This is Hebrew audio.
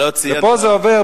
ופה זה עובר